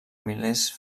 milers